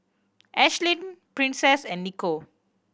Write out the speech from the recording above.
Ashlyn Princess and Nico